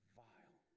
vile